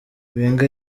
wenger